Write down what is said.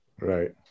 Right